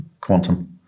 quantum